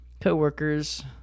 coworkers